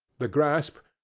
the grasp,